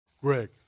Greg